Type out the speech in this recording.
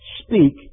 speak